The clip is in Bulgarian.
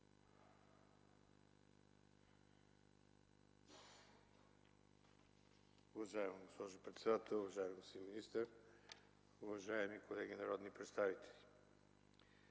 Уважаема госпожо председател, уважаеми господин министър, уважаеми колеги народни представители!